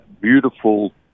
beautiful